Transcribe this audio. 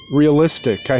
realistic